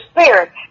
spirit